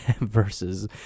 versus